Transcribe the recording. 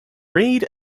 reid